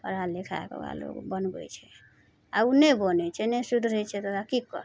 पढ़ाय लिखाके ओकरा लोक बनबय छै आओर उ नहि बनय छै नहि सुधरै छै तऽ ओकरा की करतय